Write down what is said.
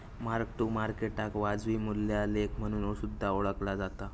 mark to मार्केटाक वाजवी मूल्या लेखा म्हणून सुद्धा ओळखला जाता